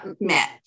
met